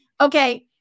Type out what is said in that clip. okay